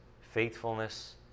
faithfulness